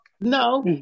No